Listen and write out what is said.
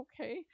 okay